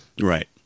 Right